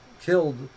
killed